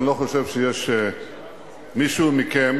אני לא חושב שיש מישהו מכם